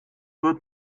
wird